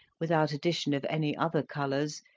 without addition of any other colours,